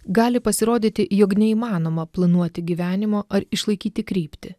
gali pasirodyti jog neįmanoma planuoti gyvenimo ar išlaikyti kryptį